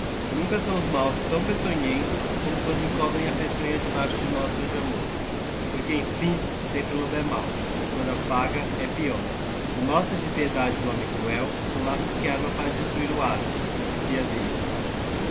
nunca são os máos tão peçonhentos como quando encobrem a peçonha debaixo de mostras de amor porque em fim sempre o lobo he máo mas quando aítaga he peior e mostras de piedade no homem cruel são laços que arma para destruir o asno que se fiã delle